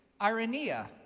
ironia